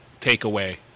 takeaway